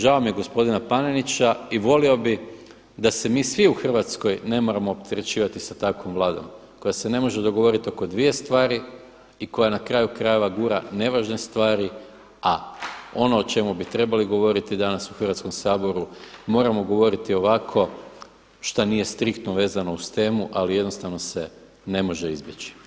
Žao mi je gospodina Panenića i volio bih da se mi svi u Hrvatskoj ne moramo opterećivati sa takvom Vladom koja će se ne može dogovoriti oko dvije stvari i koja na kraju krajeva gura nevažne stvari, a ono o čemu bi trebali govoriti danas u Hrvatskom saboru moramo govoriti ovako što nije striktno vezano uz temu, ali jednostavno se ne može izbjeći.